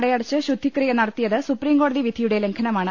നട അടച്ച് ശുദ്ധിക്രിയ നടത്തിയത് സുപ്രീംകോടതി വിധി യുടെ ലംഘനമാണ്